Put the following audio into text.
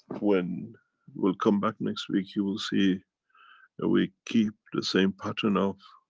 when we'll come back next week you will see and we keep the same pattern of